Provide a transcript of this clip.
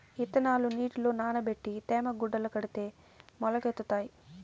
ఇత్తనాలు నీటిలో నానబెట్టి తేమ గుడ్డల కడితే మొలకెత్తుతాయి